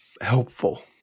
helpful